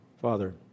Father